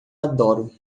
adoro